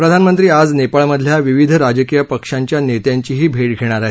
प्रधानमंत्री आज नेपाळमधल्या विविध राजकीय पक्षांच्या नेत्यांचीही भेट घेणार आहेत